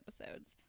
episodes